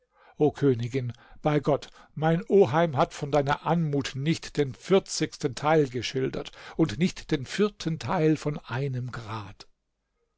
königin bei gott mein oheim hat von deiner anmut nicht den vierzigsten teil geschildert und nicht den vierten teil von einem grad